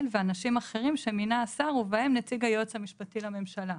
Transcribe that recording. ואנשים אחרים שמינה השר ובהם נציג היועץ המשפטי לממשלה.